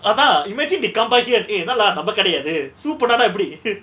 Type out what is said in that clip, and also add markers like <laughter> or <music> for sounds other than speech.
அதா:atha imagine they come by eh என்ன:enna lah நம்ம கடயா இது சூபுனானா எப்டி:namma kadaya ithu soopunaanaa epdi <noise>